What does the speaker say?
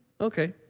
okay